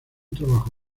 trabajo